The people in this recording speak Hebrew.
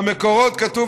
במקורות כתוב,